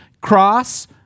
Cross